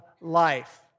life